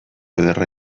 ederra